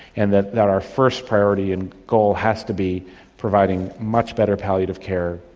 and that that our first priority and goal has to be providing much better palliative care,